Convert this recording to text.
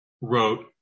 wrote